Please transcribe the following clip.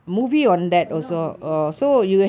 a lot of movies ya